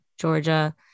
Georgia